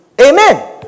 Amen